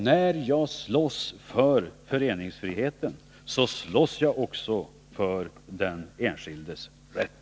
När jag slåss för föreningsfriheten slåss jag också för den enskildes rätt.